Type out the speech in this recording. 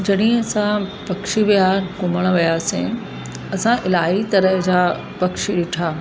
जॾहिं असां पक्षी विहार घुमण वियासीं असां इलाही तरह जा पक्षी ॾिठा